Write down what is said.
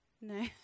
No